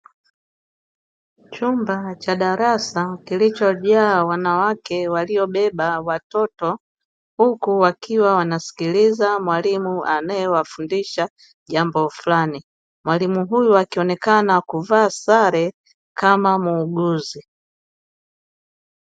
Chumba cha darasa kilichojaa wanawake waliobeba watoto, huku wakiwa wanasikiliza mwalimu anayewafundisha jambo fulani. Mwalimu huyo akionekana kuvaa sare kama muuguzi.